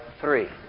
three